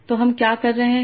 तो हम क्या कर रहे हैं